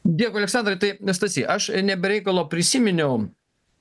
dėkui aleksandrai tai stasy aš ne be reikalo prisiminiau